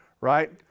right